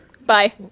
Bye